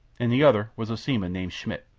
and the other was a seaman named schmidt.